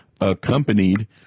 accompanied